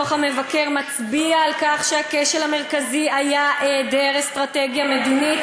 דוח המבקר מצביע על כך שהכשל המרכזי היה היעדר אסטרטגיה מדינית,